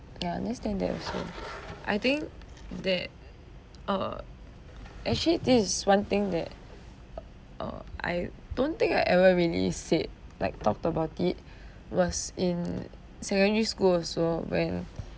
ya I understand that also think that uh actually this is one thing that uh uh I don't think I ever really said like talked about it was in secondary school also when